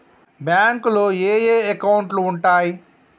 బ్యాంకులో ఏయే అకౌంట్లు ఉంటయ్?